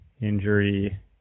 injury